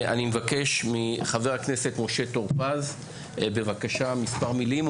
אני מבקש מחבר הכנסת משה טור פז להגיד כמה מילים.